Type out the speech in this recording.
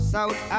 South